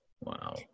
wow